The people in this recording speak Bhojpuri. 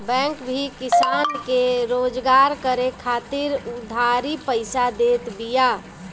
बैंक भी किसान के रोजगार करे खातिर उधारी पईसा देत बिया